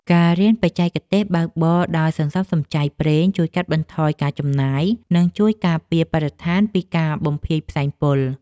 ការរៀនបច្ចេកទេសបើកបរដោយសន្សំសំចៃប្រេងជួយកាត់បន្ថយការចំណាយ និងជួយការពារបរិស្ថានពីការបំភាយផ្សែងពុល។